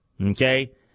Okay